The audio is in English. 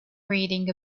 reading